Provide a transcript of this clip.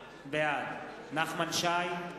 בעד נחמן שי,